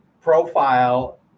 profile